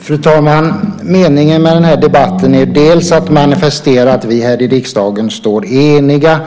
Fru talman! Meningen med den här debatten är dels att man manifesterar att vi här i riksdagen står eniga